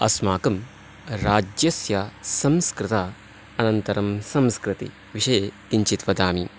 अस्मकम् राज्यस्य संस्कृत अनन्तरम् संस्कृति विषये किञ्चित् वदमि